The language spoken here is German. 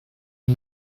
den